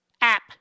app